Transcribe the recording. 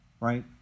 right